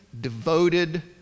devoted